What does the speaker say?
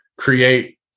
create